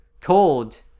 cold